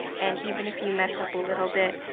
and even if you mess up a little bit,